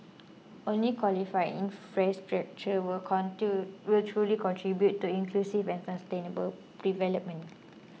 only quality infrastructure will truly contribute to inclusive and sustainable development